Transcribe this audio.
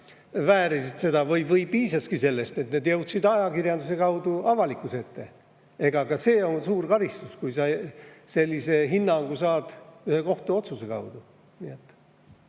väärisid seda või piisaski sellest, et need jõudsid ajakirjanduse kaudu avalikkuse ette. Ka see on suur karistus, kui sa sellise hinnangu saad kohtuotsuse kaudu.